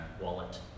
wallet